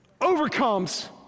Overcomes